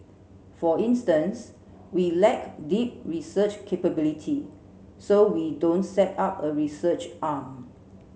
for instance we lack deep research capability so we don't set up a research arm